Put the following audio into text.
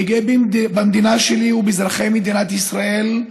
אני גאה במדינה שלי ובאזרחי מדינת ישראל,